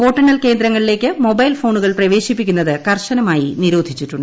വോട്ടെണ്ണൽ കേന്ദ്രങ്ങളിലേക്ക് മൊബൈൽ ഫോണുകൾ പ്രവേശിപ്പിക്കുന്നത് കർശനമായി നിരോധിച്ചിട്ടുണ്ട്